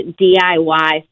diy